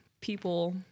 people